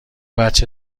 بچه